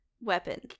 Weapon